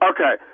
Okay